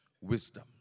wisdom